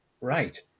Right